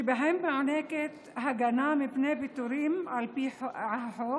שבהם מוענקת הגנה מפני פיטורים על פי החוק,